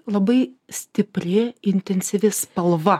labai stipri intensyvi spalva